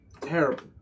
Terrible